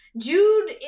Jude